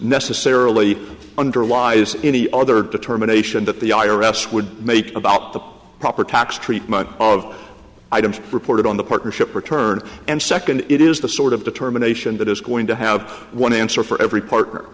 necessarily underlies any other deter a nation that the i r s would make about the proper tax treatment of items reported on the partnership return and second it is the sort of determination that is going to have one answer for every partner